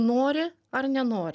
nori ar nenori